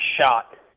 shot